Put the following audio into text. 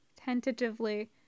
Tentatively